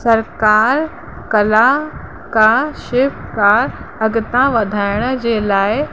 सरकार कला कार शिल्पकार अॻियां वधाइण जे लाइ